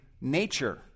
nature